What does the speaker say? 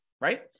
right